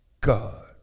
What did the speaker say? God